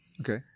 Okay